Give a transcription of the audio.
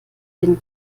den